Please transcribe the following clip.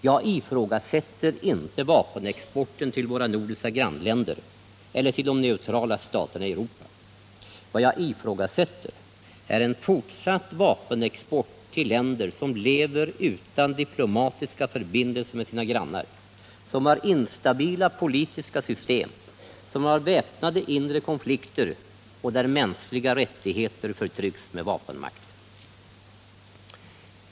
Jag ifrågasätter inte vapenexporten till våra nordiska grannländer eller till de neutrala staterna i Europa. Vad jag ifrågasätter är en fortsatt vapenexport till länder som saknar diplomatiska förbindelser med sina grannar, som har instabila politiska system, som har väpnade inre konflikter och där mänskliga rättigheter förtrycks med vapenmakt.